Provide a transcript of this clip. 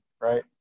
Right